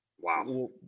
Wow